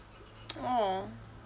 !aww!